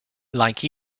like